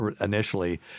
initially